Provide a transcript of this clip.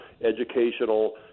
educational